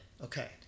okay